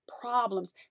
problems